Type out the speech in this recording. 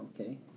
Okay